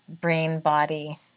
brain-body